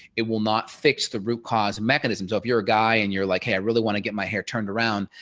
it will not fix the root cause mechanisms of your guy and you're like, hey i really want to get my hair turned around.